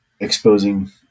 exposing